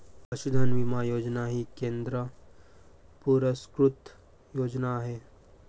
पशुधन विमा योजना ही केंद्र पुरस्कृत योजना आहे